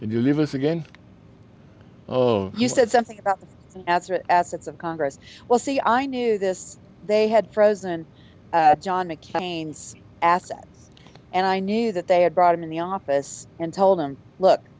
and you leave us again oh you said something about the assets of congress well see i knew this they had frozen john mccain's assets and i knew that they had brought him in the office and told him look